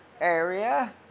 area